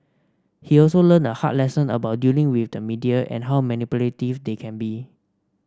he also learned a hard lesson about dealing with the media and how manipulative they can be